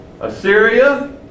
Assyria